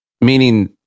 Meaning